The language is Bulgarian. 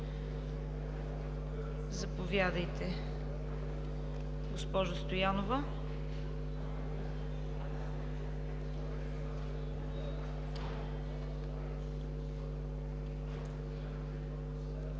Заповядайте, госпожо Стоянова.